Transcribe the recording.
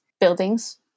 buildings